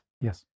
Yes